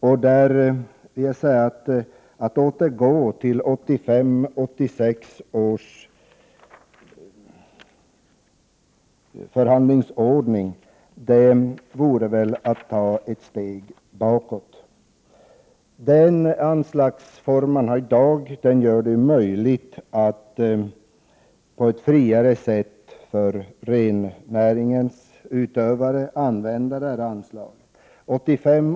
Jag vill då säga att en återgång till 1985/86 års förhandlingsordning vore väl att ta ett steg bakåt. Den anslagsform som tillämpas i dag gör det möjligt att använda anslaget på ett friare sätt.